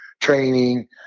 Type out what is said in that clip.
training